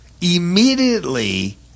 immediately